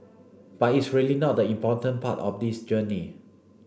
but it's really not the important part of this journey